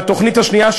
והתוכנית השנייה,